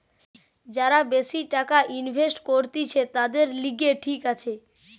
যারা বেশি টাকা ইনভেস্ট করতিছে, তাদের লিগে ঠিক আছে